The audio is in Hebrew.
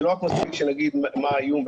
זה לא מספיק שנגיד מה האיום,